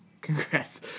Congrats